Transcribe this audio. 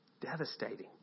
devastating